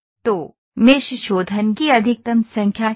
तो मेष शोधन की अधिकतम संख्या क्या है